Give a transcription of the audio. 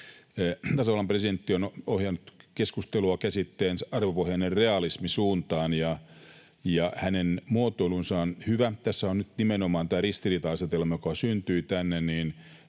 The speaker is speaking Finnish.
Tasavallan presidentti on ohjannut keskustelua käsitteensä ”arvopohjainen realismi” suuntaan, ja hänen muotoilunsa on hyvä. Tässä nyt nimenomaan tämä ristiriita-asetelma, joka on syntynyt tänne,